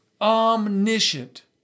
omniscient